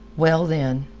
well, then,